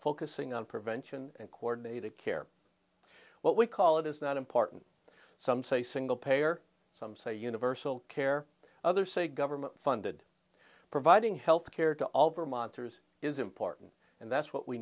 focusing on prevention and coordinated care what we call it is not important some say single payer some say universal care others say government funded providing health care to all vermonters is important and that's what we